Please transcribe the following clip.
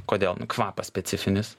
kodėl nu kvapas specifinis